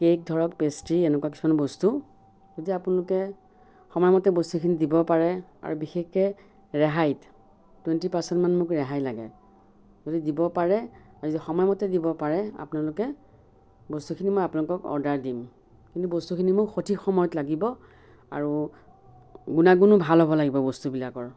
cake ধৰক pastry এনেকুৱা কিছুমান বস্তু যদি আপোনালোকে সময়মতে বস্তুখিনি দিব পাৰে আৰু বিশেষকৈ ৰেহাইত টুৱেন্টি পাৰ্চেন্টমান মোক ৰেহাই লাগে যদি দিব পাৰে আৰু যদি সময়মতে দিব পাৰে আপোনালোকে বস্তুখিনি মই আপোনালোকক অৰ্ডাৰ দিম কিন্তু বস্তুখিনি মোক সঠিক সময়ত লাগিব আৰু গুণাগুণো ভাল হ'ব লাগিব বস্তুবিলাকৰ